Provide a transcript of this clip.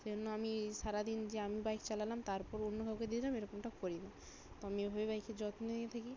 সেই জন্য আমি সারা দিন যে আমি বাইক চালালাম তারপর অন্য কাউকে দিয়ে দিলাম এরকমটা করি না তো আমি এইভাবে বাইকের যত্ন নিয়ে থাকি